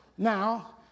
Now